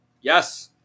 yes